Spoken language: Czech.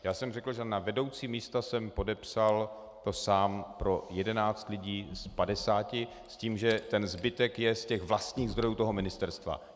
Já jsem řekl, že na vedoucí místa jsem podepsal to sám pro 11 lidí z 50 s tím, že ten zbytek je z těch vlastních zdrojů ministerstva.